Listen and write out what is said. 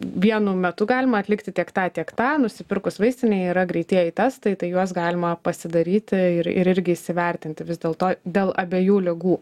vienu metu galima atlikti tiek tą tiek tą nusipirkus vaistinėj yra greitieji testai tai juos galima pasidaryti ir irgi įsivertinti vis dėlto dėl abiejų ligų